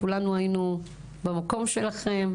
כולנו היינו במקום שלכם.